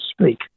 speak